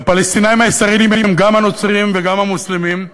והפלסטינים הישראלים הם גם הנוצרים וגם המוסלמים,